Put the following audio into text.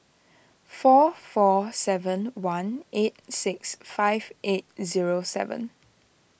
four four seven one eight six five eight zero seven